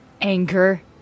anger